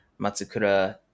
Matsukura